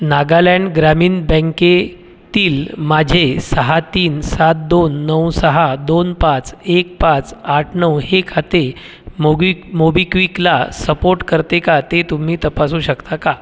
नागालॅन ग्रामीण बँकेतील माझे सहा तीन सात दोन नऊ सहा दोन पाच एक पाच आठ नऊ हे खाते मोबि मोबिक्विकला सपोट करते का ते तुम्ही तपासू शकता का